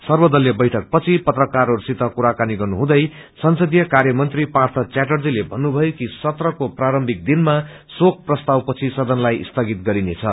सर्वदलीय बैठक पछि पत्रकारहरूसित कुराकानी गर्नुहुँदै संसदीय कार्यमंत्री पार्थ च्याटर्जीले भन्नुभयो कि सत्रको प्रारम्भिक दिनामा शोक प्रस्तावपछि सदन लाई स्थगित गरिनेछ